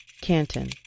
Canton